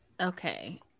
okay